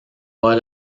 pas